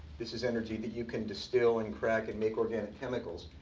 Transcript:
this is energy that you can distill and crack and make organic chemicals.